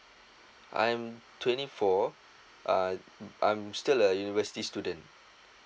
I'm twenty four uh I'm still a university student